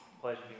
pleasure